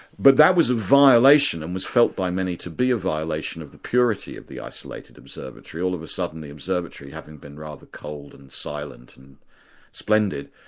but that was a violation, and was felt by many to be a violation of the purity of the isolated observatory. all of a sudden the observatory, having been rather cold and silent and splendid,